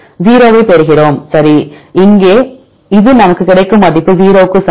0 ஐப் பெறுகிறோம் சரி இங்கே இது நமக்கு கிடைக்கும் மதிப்பு 0 க்கு சமம்